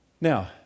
Now